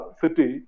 city